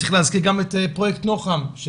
צריך להזכיר גם את פרויקט נוח"ם של